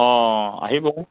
অ' আহিব